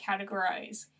categorize